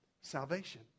Salvation